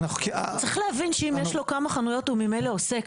צריך להבין שאם יש לו כמה חנויות הוא ממילא עוסק.